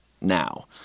now